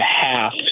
half